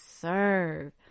serve